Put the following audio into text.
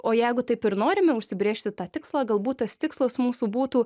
o jeigu taip ir norime užsibrėžti tą tikslą galbūt tas tikslas mūsų būtų